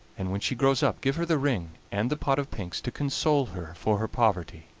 and when she grows up give her the ring and the pot of pinks to console her for her poverty